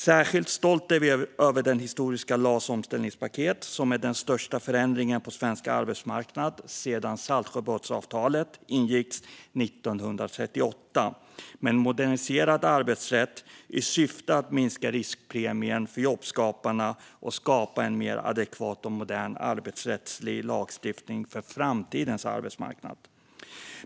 Särskilt stolta är vi över det historiska LAS-omställningspaket som är den största förändringen på svensk arbetsmarknad sedan Saltsjöbadsavtalet ingicks 1938, med en moderniserad arbetsrätt i syfte att minska riskpremien för jobbskaparna och skapa en mer adekvat och modern arbetsrättslig lagstiftning för framtidens arbetsmarknad.